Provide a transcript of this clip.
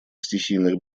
стихийных